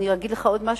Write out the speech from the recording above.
אני אגיד לך עוד משהו?